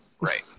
Right